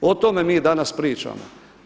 O tome mi danas pričamo.